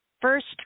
first